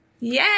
Yay